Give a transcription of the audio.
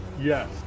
Yes